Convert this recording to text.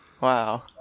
Wow